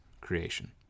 creation